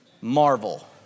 marvel